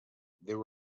there